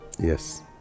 Yes